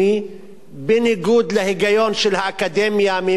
בניגוד להיגיון של האקדמיה מימי אפלטון,